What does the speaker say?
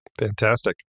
fantastic